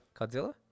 Godzilla